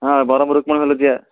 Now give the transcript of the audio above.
ହଁ ବର୍ହ୍ମପୁର ରୁକ୍ମଣୀ ହଲ୍କୁ ଯିବା